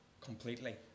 completely